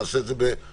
נעשה את זה בהתייעצות,